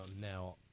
now